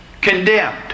condemned